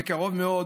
בקרוב מאוד